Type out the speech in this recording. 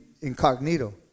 incognito